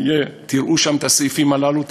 תראו שם את הסעיפים הללו,